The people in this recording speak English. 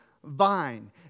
vine